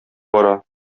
бара